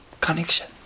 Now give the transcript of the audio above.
Connection